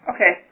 Okay